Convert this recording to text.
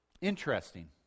Interesting